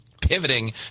pivoting